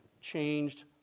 changed